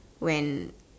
when